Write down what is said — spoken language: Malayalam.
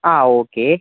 ആ ഓക്കേ